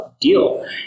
deal